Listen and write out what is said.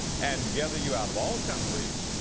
and gather you out of all countries,